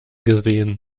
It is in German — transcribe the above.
gesehen